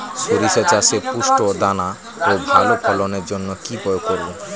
শরিষা চাষে পুষ্ট দানা ও ভালো ফলনের জন্য কি প্রয়োগ করব?